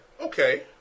Okay